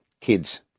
kids